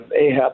Ahab